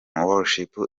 worshipers